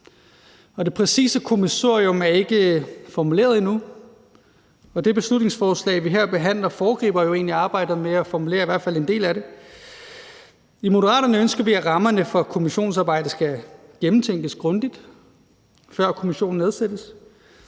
Det præcise kommissorium er ikke formuleret endnu, og det beslutningsforslag, vi her behandler, foregriber jo egentlig arbejdet med at formulere i hvert fald en del af det. I Moderaterne ønsker vi, at rammerne for kommissionsarbejdet skal gennemtænkes grundigt, før kommissionen nedsættes.